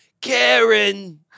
Karen